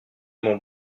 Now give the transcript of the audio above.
mon